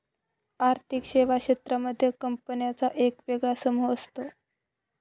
आर्थिक सेवा क्षेत्रांमध्ये कंपन्यांचा एक वेगळा समूह असतो